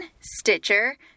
Stitcher